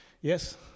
Yes